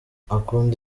akunda